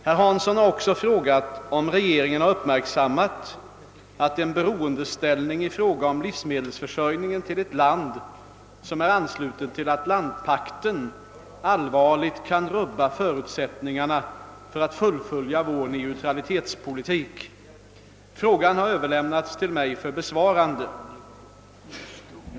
Herr Hansson har också frågat, om regeringen har uppmärksammat att en beroendeställning i fråga om livsmedelsförsörjningen till ett land, som är anslutet till Atlantpakten, allvarligt kan rubba förutsättningarna för att fullfölja vår neutralitetspolitik. Frågan har överlämnats till mig för besvarande.